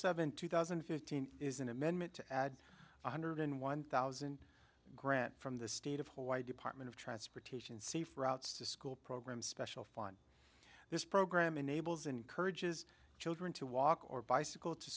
seven two thousand and fifteen is an amendment to add one hundred in one thousand grant from the state of hawaii department of transportation safer outs to school program special fun this program enables encourages children to walk or bicycle to